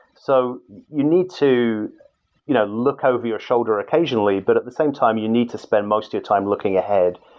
so you need to you know look over your shoulder occasionally, but at the same time you need to spend most your time looking ahead.